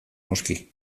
noski